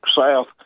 South